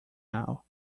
now